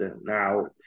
now